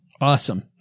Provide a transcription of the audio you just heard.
awesome